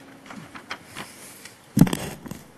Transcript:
בבקשה.